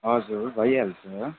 हजुर भइहाल्छ